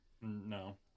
No